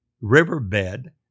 riverbed